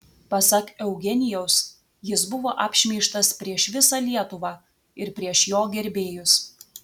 pasak eugenijaus jis buvo apšmeižtas prieš visą lietuvą ir prieš jo gerbėjus